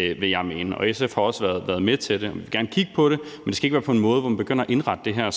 vil jeg mene. SF har også været med til det. Vi vil gerne kigge på det, men det skal ikke være på en måde, hvor man begynder at indrette det her